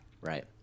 Right